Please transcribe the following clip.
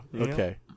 Okay